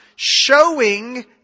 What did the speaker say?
Showing